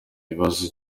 ikibazo